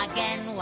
Again